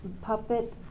Puppet